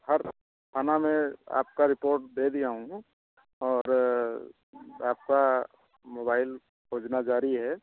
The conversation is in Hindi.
हर थाना में आपका रिपोर्ट दे दिया हूँ मैं और आपका मोबाइल खोजना जारी है